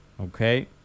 okay